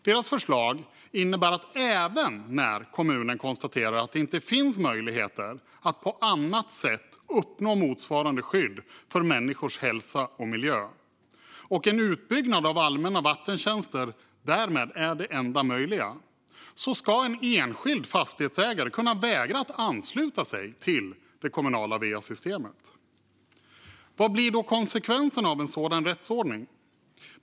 Deras förslag innebär att även när kommunen konstaterar att det inte finns möjligheter att på annat sätt uppnå motsvarande skydd för människors hälsa och miljö, och en utbyggnad av allmänna vattentjänster därmed är det enda möjliga, ska en enskild fastighetsägare kunna vägra att ansluta sig till det kommunala va-systemet. Vad blir då konsekvenserna av en sådan rättsordning?